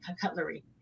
cutlery